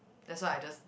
that's why I just